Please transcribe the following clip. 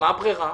מה הברירה?